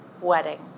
wedding